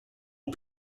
aux